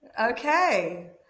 Okay